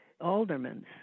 aldermen